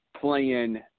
playing